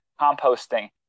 composting